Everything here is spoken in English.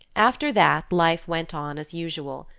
after that life went on as usual.